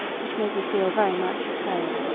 which made me feel very much at home.